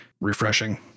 refreshing